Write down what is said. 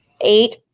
eight